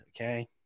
Okay